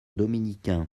dominicain